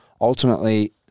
ultimately